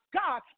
god